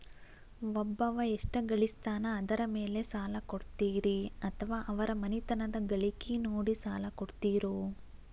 ಒಬ್ಬವ ಎಷ್ಟ ಗಳಿಸ್ತಾನ ಅದರ ಮೇಲೆ ಸಾಲ ಕೊಡ್ತೇರಿ ಅಥವಾ ಅವರ ಮನಿತನದ ಗಳಿಕಿ ನೋಡಿ ಸಾಲ ಕೊಡ್ತಿರೋ?